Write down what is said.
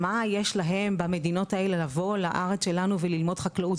מה יש להם במדינות האלה לבוא לארץ שלנו וללמוד חקלאות,